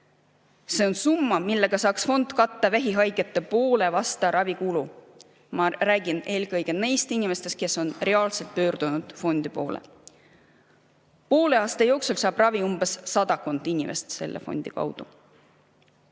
See on summa, millega saaks fond katta vähihaigete poole aasta ravikulu. Ma räägin eelkõige neist inimestest, kes on reaalselt pöördunud fondi poole. Poole aasta jooksul saab ravi umbes sadakond inimest selle fondi kaudu.